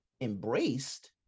embraced